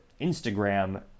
Instagram